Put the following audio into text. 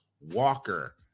Walker